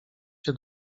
się